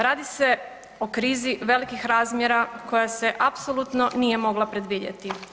Radi se o krizi velikih razmjera koja se apsolutno nije mogla predvidjeti.